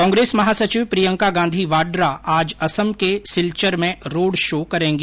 कांग्रेस महासचिव प्रियंका गांधी वाड्रा आज असम के सिलचर में रोड शो करेंगी